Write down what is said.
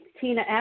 Tina